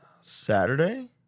Saturday